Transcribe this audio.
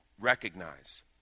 recognize